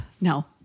No